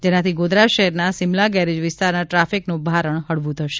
જેનાથી ગોધરા શહેરના સીમલા ગેરેજ વિસ્તારના ટ્રાફિકનું ભારણ હળવું થશે